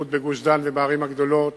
והצפיפות בגוש-דן ובערים הגדולות,